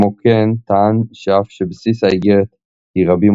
כמו כן טען שאף שבסיס האיגרת היא רבי